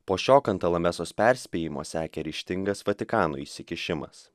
po šio kantalamesos perspėjimo sekė ryžtingas vatikano įsikišimas